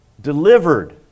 Delivered